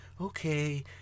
Okay